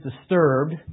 disturbed